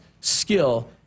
skill